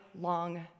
long